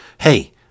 Hey